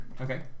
Okay